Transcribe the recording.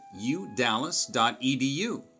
udallas.edu